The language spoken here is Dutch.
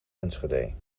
enschede